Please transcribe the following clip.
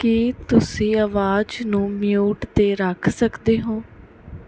ਕੀ ਤੁਸੀਂ ਆਵਾਜ਼ ਨੂੰ ਮਿਊਟ 'ਤੇ ਰੱਖ ਸਕਦੇ ਹੋ